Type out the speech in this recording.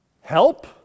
Help